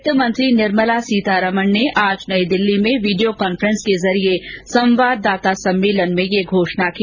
वित्त मंत्री निर्मला सीतारमण ने आज नई दिल्ली में वीडियो कांफ्रेस के जरिए संवाददाता सम्मेलन में यह घोषणा की